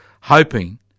hoping